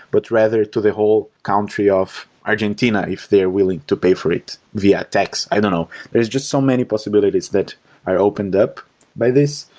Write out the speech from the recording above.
but rather to the whole country of argentina, if they are willing to pay for it via tax, i don't know. there's just so many possibilities that i opened up by this.